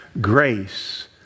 grace